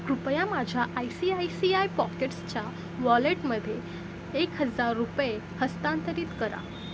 कृपया माझ्या I C I C I पॉकेट्सच्या वॉलेटमध्ये एक हजार रुपये हस्तांतरित करा